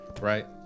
Right